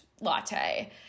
latte